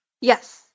Yes